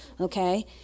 okay